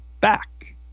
back